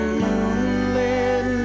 moonlit